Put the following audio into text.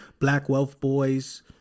blackwealthboys